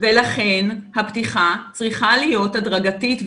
נכון ולכן הפתיחה צריכה להיות הדרגתית ואחראית.